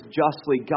justly